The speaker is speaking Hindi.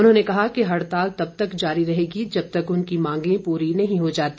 उन्होंने कहा कि हड़ताल तब तक जारी रहेगी जब तक उनकी मांगे पूरी नहीं हो जाती